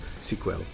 sequel